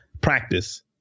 practice